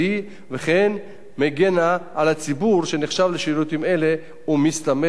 וכן מגינה על הציבור שנחשף לשירותים אלה ומסתמך עליהם.